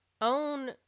Own